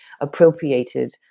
appropriated